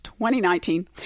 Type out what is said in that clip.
2019